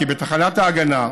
כי בתחנת ההגנה,